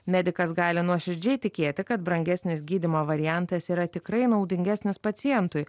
medikas gali nuoširdžiai tikėti kad brangesnis gydymo variantas yra tikrai naudingesnis pacientui